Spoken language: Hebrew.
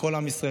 לכל עם ישראל,